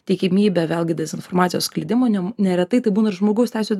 tikimybė vėlgi dezinformacijos skleidimo neretai tai būna ir žmogaus teisių